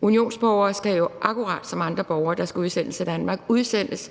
Unionsborgere skal jo akkurat som andre borgere, der skal udsendes af Danmark, udsendes,